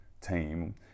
team